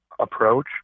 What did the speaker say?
approach